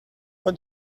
what